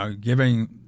giving